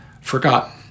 forgotten